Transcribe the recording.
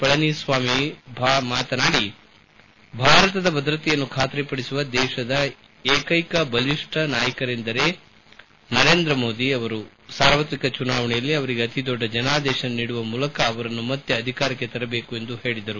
ಪಳನಿಸ್ವಾಮಿ ಭಾರತದ ಭದ್ರತೆಯನ್ನು ಖಾತರಿಪಡಿಸುವ ದೇಶದ ಏಕೈಕ ಬಲಿಷ್ಠ ನಾಯಕರೆಂದರೆ ನರೇಂದ್ರ ಮೋದಿ ಅವರು ಸಾರ್ವತ್ರಿಕ ಚುನಾವಣೆಯಲ್ಲಿ ಅವರಿಗೆ ಅತಿ ದೊಡ್ಡ ಜನಾದೇಶ ನೀಡುವ ಮೂಲಕ ಅವರನ್ನು ಮತ್ತೆ ಅಧಿಕಾರಕ್ಕೆ ತರಬೇಕು ಎಂದು ಹೇಳಿದರು